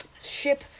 ship